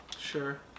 Sure